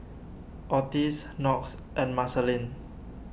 Otis Knox and Marceline